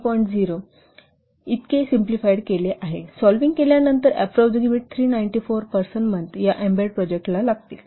0 इतके सिम्पलीफाईड केले जाईल सोलविंग केल्यानंतर ऍप्रोक्स 394 पर्सन मंथ आहे